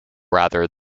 rather